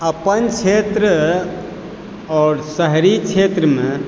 अपन क्षेत्र आओर शहरी क्षेत्रमे